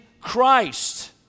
Christ